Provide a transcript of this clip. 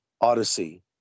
Odyssey